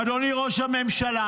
אדוני ראש הממשלה,